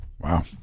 Wow